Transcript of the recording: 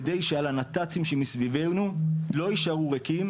כדי שעל הנת"צים שמסביבנו לא יישארו ריקים